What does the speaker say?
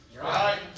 right